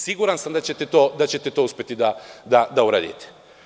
Siguran sam da ćete to uspeti da uradite.